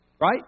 right